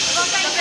ששש,